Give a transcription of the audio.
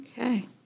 Okay